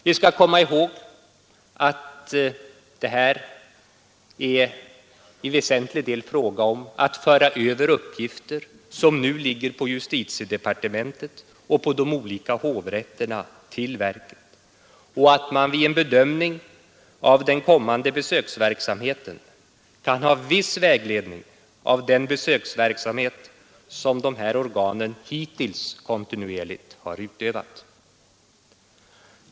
Vi skall komma ihåg att det i väsentlig del är fråga om att föra över uppgifter, som nu ligger på justitiedepartementet och på de olika hovrätterna, till verket och att man vid en bedömning av den kommande besöksverksamheten kan ha viss vägledning av den besöksverksamhet dessa organ hittills kontinuerligt har utövat.